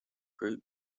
group